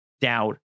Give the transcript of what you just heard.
doubt